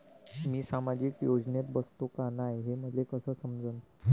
मी सामाजिक योजनेत बसतो का नाय, हे मले कस समजन?